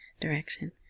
direction